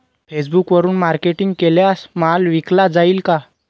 फेसबुकवरुन मार्केटिंग केल्यास माल विकला जाईल का?